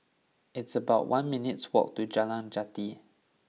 it's about one minutes' walk to Jalan Jati